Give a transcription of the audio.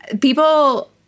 people